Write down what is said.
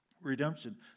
redemption